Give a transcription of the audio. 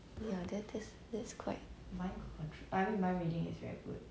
ya that's that's quite